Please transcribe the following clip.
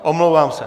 Omlouvám se.